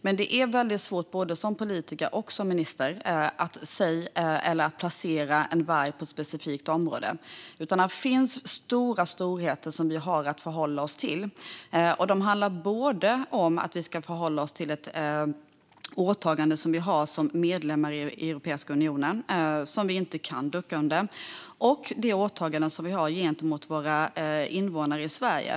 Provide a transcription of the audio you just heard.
Men det är väldigt svårt både som politiker och som minister att placera varg på ett specifikt område. Här finns storheter som vi har att förhålla oss till. Det handlar både om det åtagande vi har som medlemmar i Europeiska unionen, som vi inte kan ducka för, och det åtagande som vi har gentemot våra invånare i Sverige.